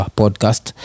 podcast